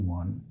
one